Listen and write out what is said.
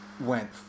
went